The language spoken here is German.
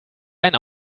einen